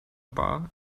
bar